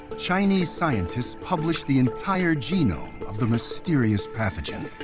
chinese scientists publish the entire genome of the mysterious pathogen.